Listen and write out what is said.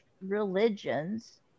religions